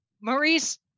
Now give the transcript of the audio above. Maurice